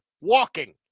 walking